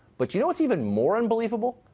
but do you know what's even more unbelievable?